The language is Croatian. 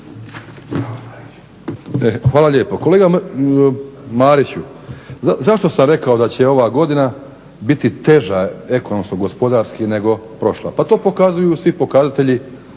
Hvala lijepo. Kolega Mariću, zašto sam rekao da će ova godina biti teža ekonomsko gospodarski nego prošla, pa to pokazuju svi pokazatelji